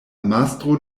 mastro